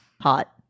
hot